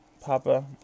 Papa